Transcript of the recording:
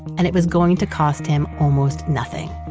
and it was going to cost him almost nothing.